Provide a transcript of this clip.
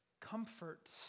comfort